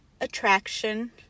Attraction